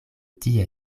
tie